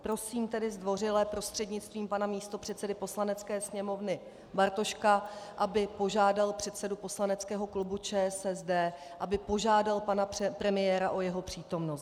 Prosím tedy zdvořile prostřednictvím pana místopředsedy Poslanecké sněmovny Bartoška, aby požádal předsedu poslaneckého klubu ČSSD, aby požádal pana premiéra o jeho přítomnost.